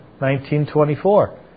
19.24